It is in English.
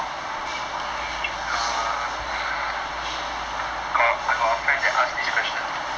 eh err I got a friend that ask this question